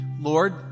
Lord